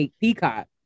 Peacock